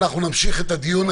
אנחנו נמשיך את הדיון,